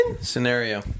Scenario